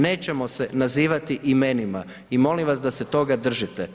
Nećemo se nazivati imenima i molim vas da se toga držite.